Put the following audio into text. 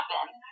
happen